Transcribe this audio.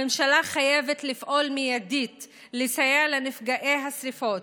הממשלה חייבת לפעול מיידית לסייע לנפגעי השרפות.